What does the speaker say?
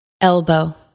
elbow